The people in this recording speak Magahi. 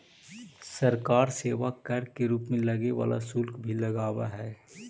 सरकार सेवा कर के रूप में लगे वाला शुल्क भी लगावऽ हई